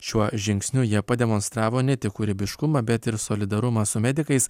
šiuo žingsniu jie pademonstravo ne tik kūrybiškumą bet ir solidarumą su medikais